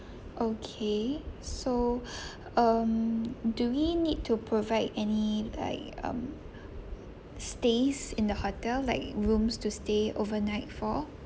okay so um do we need to provide any like um stays in the hotel like rooms to stay overnight for